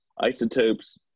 isotopes